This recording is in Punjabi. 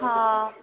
ਹਾਂ